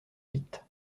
vite